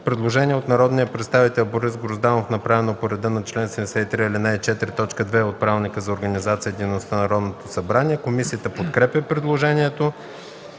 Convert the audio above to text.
Предложение от народния представител Борис Грозданов, направено по реда на чл. 73, ал. 4, т. 2 от Правилника за организацията и дейността на Народното събрание. Комисията подкрепя предложението.